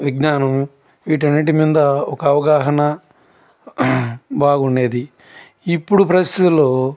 విజ్ఞానం వీటన్నింటి మీద ఒక అవగాహన బాగుండేది ఇప్పుడు పరిస్థితుల్లో